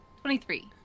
Twenty-three